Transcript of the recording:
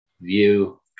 view